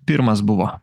pirmas buvo